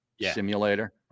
simulator